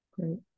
Great